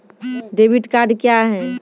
Debit card क्या हैं?